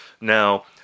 now